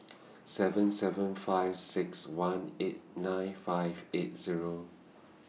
seven seven five six one eight nine five eight Zero